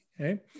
okay